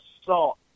assault